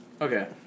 Okay